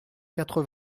quatre